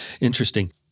Interesting